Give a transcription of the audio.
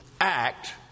act